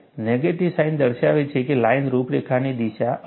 negative sign દર્શાવે છે કે લાઇન રૂપરેખાની દિશા અલગ છે